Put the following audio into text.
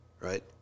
Right